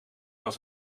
was